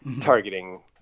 targeting